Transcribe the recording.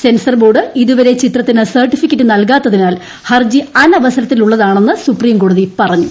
sensor board ഇതുവരെ ചിത്രത്തിന് certificate നൽകാത്തതിനാൽ ഹർജി അനവസരത്തിലുളളതാണെന്ന് സുപ്രീംകോടതി പറഞ്ഞു